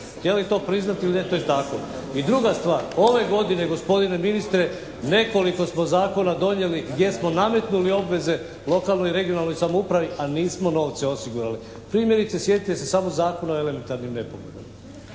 Je li to priznati ili ne to je tako. I druga stvar, ove godine gospodine ministre nekoliko smo zakona donijeli gdje smo nametnuli obveze lokalnoj i regionalnoj samoupravi, a nismo novce osigurali. Primjerice sjetite se samo Zakona o elementarnim nepogodama.